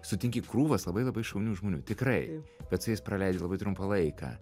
sutinki krūvas labai labai šaunių žmonių tikrai bet su jais praleidi labai trumpą laiką